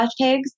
hashtags